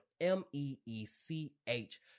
M-E-E-C-H